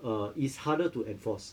uh is harder to enforce